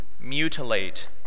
mutilate